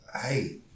Hey